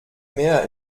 mehr